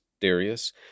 Darius